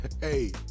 Hey